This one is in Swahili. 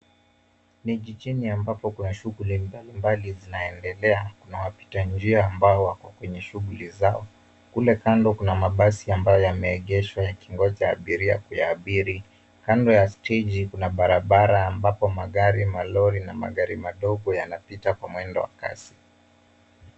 Ni jijini ambapo kuna shughuli mbalimbali zinaendelea na wapita njia ambao wako kwenye shughuli zao. Kule kando kuna mabasi ambayo yameegeshwa yakingoja abiria kuyaabiri. Kando ya steji kuna barabara ambapo magari, malori na magari madogo yanapita kwa mwendo wa kasi.